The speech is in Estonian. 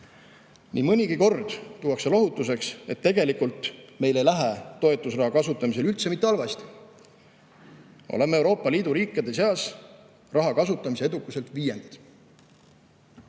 Nii mõnigi kord tuuakse lohutuseks, et tegelikult meil ei lähe toetusraha kasutamisel üldse mitte halvasti: oleme Euroopa Liidu riikide seas raha kasutamise edukuselt viiendad.